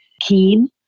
keen